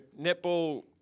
Netball